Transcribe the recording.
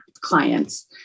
clients